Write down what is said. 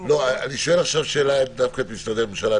--- אני שואל עכשיו שאלה דווקא את משרדי הממשלה,